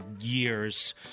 years